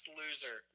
loser